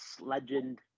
legend